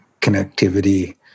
connectivity